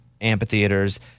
amphitheaters